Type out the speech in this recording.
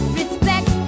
respect